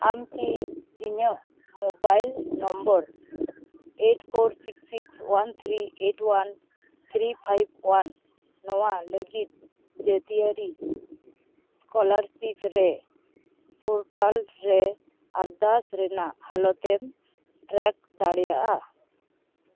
ᱟᱢ ᱠᱤ ᱤᱧᱟᱹᱜ mobile number eight four six six one three eight one three five one ᱱᱚᱣᱟ ᱞᱟᱹᱜᱤᱫ ᱡᱟᱹᱛᱤᱭᱟᱹᱨᱤ ᱥᱠᱚᱞᱟᱨᱥᱤᱯᱨᱮ ᱯᱳᱨᱴᱟᱞᱨᱮ ᱟᱨᱫᱟᱥ ᱨᱮᱱᱟᱜ ᱦᱟᱞᱚᱛᱮᱢ ᱴᱨᱮᱠ ᱫᱟᱲᱮᱭᱟᱜᱼᱟ